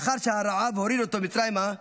לאחר שהרעב הוריד אותו מצרימה,